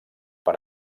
per